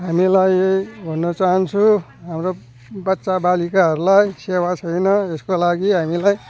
हामीलाई भन्न चाहन्छु हाम्रो बच्चाबालिकाहरूलाई सेवा छैन यसको लागि हामीलाई